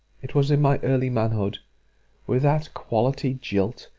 it was in my early manhood with that quality jilt,